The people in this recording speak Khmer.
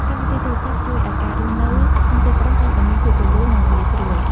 កម្មវិធីទូរសព្ទ ជួយឱ្យការរស់នៅក្នុងទីក្រុងកាន់តែមានភាពរលូន និងងាយស្រួល។